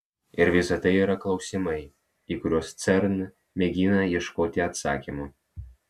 ir visa tai yra klausimai į kuriuos cern mėgina ieškoti atsakymų